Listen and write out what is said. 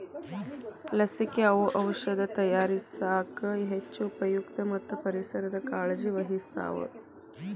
ಲಸಿಕೆ, ಔಔಷದ ತಯಾರಸಾಕ ಹೆಚ್ಚ ಉಪಯುಕ್ತ ಮತ್ತ ಪರಿಸರದ ಕಾಳಜಿ ವಹಿಸ್ತಾವ